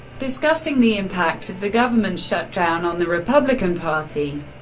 discussing the impact of the government shutdown on the republican party,